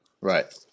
Right